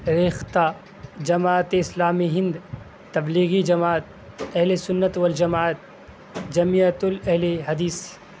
ریختہ جماعت اسلامی ہند تبلیغی جماعت اہل سنت والجماعت جمیعت الاہل حدیث